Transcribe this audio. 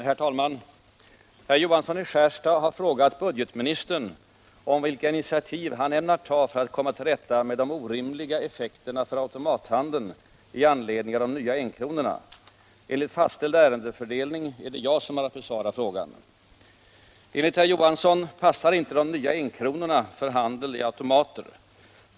Herr talman! Herr Johansson i Skärstad har frågat budgetministern om vilka initiativ han ämnar ta för att komma till rätta med de orimliga effekterna för automathandeln i anledning av de nya enkronorna. Enligt fastställd ärendefördelning är det jag som har att besvara frågan. Enligt herr Johansson passar inte de nya enkronorna för handel i automater.